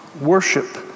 worship